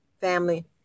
family